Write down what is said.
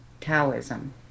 Taoism